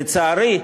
לצערי,